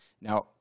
Now